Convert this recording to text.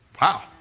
Wow